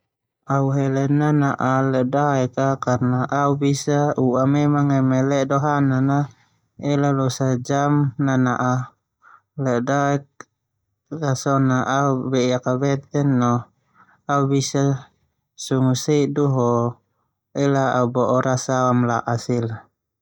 Au hele nana'ak ledodaek a karna au bisa ua memenang neme ledo hanan na ela au losa jam nana'ak ledodaek so na au bei akabete.